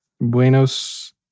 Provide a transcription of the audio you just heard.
Buenos